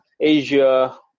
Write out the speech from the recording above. Asia